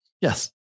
Yes